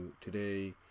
Today